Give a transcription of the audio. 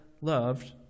loved